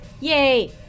Yay